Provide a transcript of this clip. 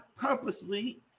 purposely